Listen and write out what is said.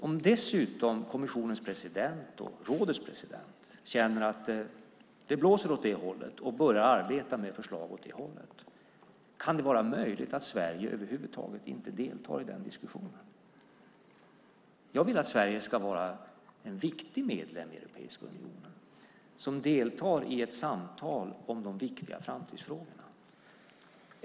Om dessutom kommissionens president och rådets president känner att det blåser åt det hållet och börjar arbeta med förslag åt det hållet, kan det då vara möjligt att Sverige över huvud taget inte deltar i diskussionen? Jag vill att Sverige ska vara en viktig medlem i Europeiska unionen, som deltar i ett samtal om de viktiga framtidsfrågorna.